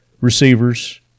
receivers